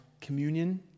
communion